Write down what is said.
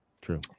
True